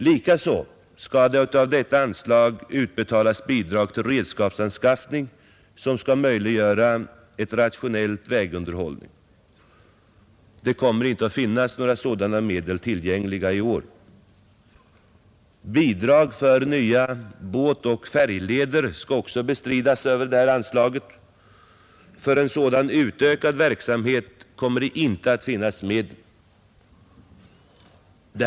Likaså skall av detta anslag utbetalas bidrag till redskapsanskaffning som skall möjliggöra ett rationellt vägunderhåll. Det kommer inte att finnas några sådana medel tillgängliga i år. Bidrag till nya båtoch färjleder skall också bestridas över detta anslag. För en sådan ökning kommer inte att finnas några medel.